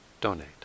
donate